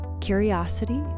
curiosity